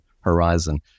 horizon